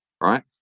right